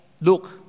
look